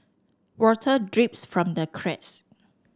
water drips from the cracks